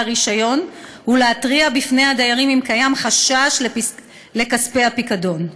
הרישיון ולהתריע בפני הדיירים אם קיים חשש לכספי הפיקדון.